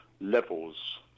levels